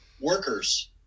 workers